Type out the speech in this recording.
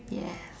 ya